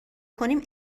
کنیم